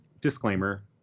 Disclaimer